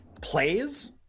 plays